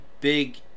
big